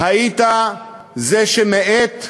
היית זה שמאט,